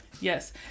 Yes